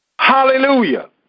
Hallelujah